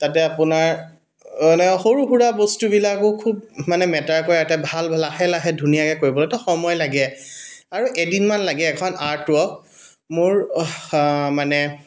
তাতে আপোনাৰ এনেকৈ সৰুসুৰা বস্তুবিলাকো খুব মানে মেটাৰ কৰে একে ভাল লাহে লাহে ধুনীয়াকৈ কৰিবলৈ তো সময় লাগে আৰু এদিনমান লাগে এখন আৰ্টৱৰ্ক মোৰ মানে